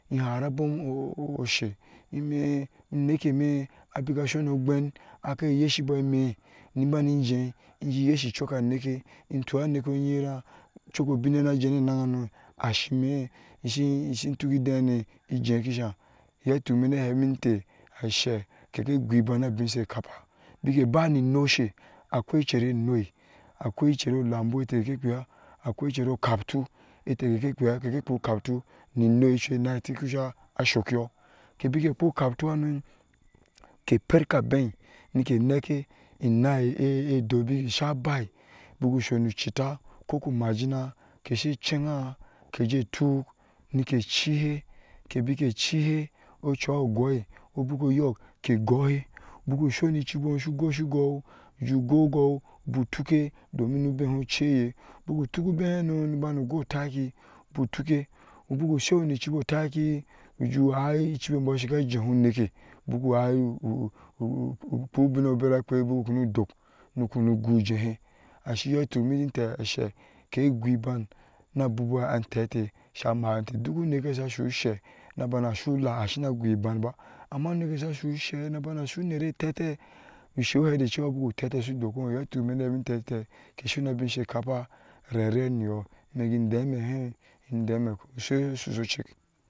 Ihara abomo oshe mɛ sa nike mɛ abeka sunu gwaŋ a ke yisa bɔɔ mɛ ni bani jeh iyeshichuka nike ŋtowa a mike oŋeran chuko obihen yeh su jeyani nayanu ashimi shi tuk edeshenu ijeh ke sahn iyɔɔ mi na heteh te she ke gun ben na bin sai kapah beke ba ninushe akwai cheyir ozabu te shi kpaya akwai cheyir kapfo iteh keke kpaya keke kpaya kapto noyɛ ochu nai tikusa sokiyɔɔ ke beke kpaya kapfohanu ke perka abɛ nike nake iŋai ido beki sa ba buku soni chita koku majina ke sai chaiyam ke je tuk nike chihe bke beke chihe ochu gwah beko oyɔɔkke gɔɔshi gɔɔ ju gɔɔhe gɔɔ nutɔke domin nubehɛ cheye buku toku ubehenu no bano gwah taki toke buku sheyɔɔ mutaki ujeh ju whe echibi bɔɔ ka jehe unike buku uhe ukpaya ubineyɔɔ su bera kpe nu kpenu guyi jehɛ ashiyɔɔ tuk miteh she ke gohɛ ben na bubuwa ateteh sa mawuh te unikeyi asu she na sule asuna goh ben ba amma unike yi asu she na su niyir teteh ushe ohɛ da cewa buke teteh su dokoyɔɔ iyɔɔ tuk imɛ hɛ miteh she suna abi sai kapa naranuyɔɔ mɛ ge dami com sai ochu sei chik.